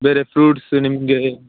ಬೇರೆ ಫ್ರುಟ್ಸ್ ನಿಮಗೆ